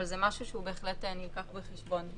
אבל זה בהחלט נלקח בחשבון.